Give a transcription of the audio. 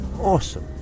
awesome